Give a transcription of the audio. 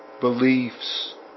beliefs